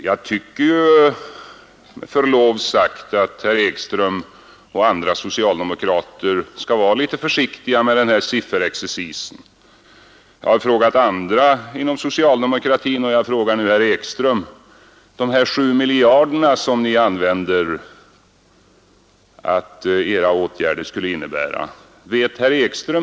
Med förlov sagt tycker jag nog ett herr Ekström och andra socialdemokrater skall vara litet försiktiga med den här sifferexercisen. Jag har frågat andra socialdemokrater och jag frågar nu herr Ekström: De socialdemokratiska åtgärderna har uppgetts komma att kosta 7 miljarder kronor.